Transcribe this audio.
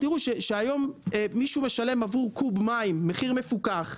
שהיום מי שמשלם עבור קוב מים מחיר מפוקח,